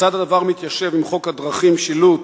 כיצד מתיישב הדבר עם חוק הדרכים (שילוט),